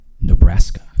Nebraska